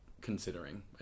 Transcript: Considering